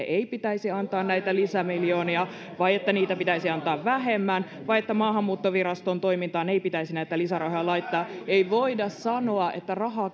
ei pitäisi antaa näitä lisämiljoonia vai että niitä pitäisi antaa vähemmän vai että maahanmuuttoviraston toimintaan ei pitäisi näitä lisärahoja laittaa ei voida sanoa että rahaa